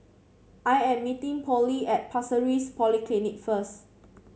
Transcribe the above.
I am meeting Pollie at Pasir Ris Polyclinic first